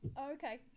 Okay